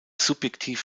subjektiv